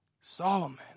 Solomon